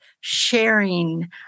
sharing